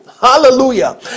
Hallelujah